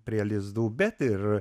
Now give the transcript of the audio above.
prie lizdų bet ir